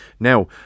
Now